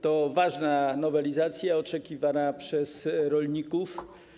To ważna nowelizacja, oczekiwana przez rolników.